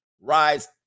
rise